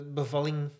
bevalling